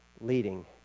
leading